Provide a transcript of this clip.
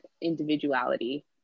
individuality